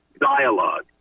dialogue